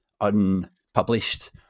unpublished